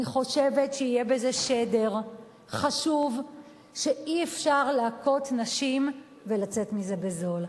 אני חושבת שיהיה בזה שדר חשוב שאי-אפשר להכות נשים ולצאת מזה בזול.